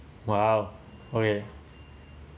!wow! okay